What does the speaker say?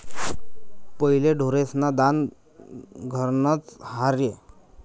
पहिले ढोरेस्न दान घरनंच र्हाये